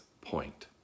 point